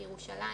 בירושלים,